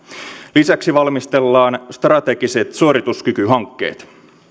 lisäksi valmistellaan strategiset suorituskykyhankkeet